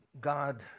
God